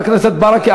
אומר.